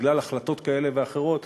בגלל החלטות כאלה ואחרות,